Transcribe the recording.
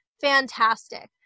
fantastic